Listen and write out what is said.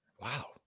Wow